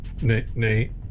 Nate